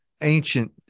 ancient